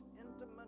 intimate